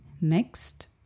Next